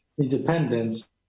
independence